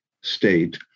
state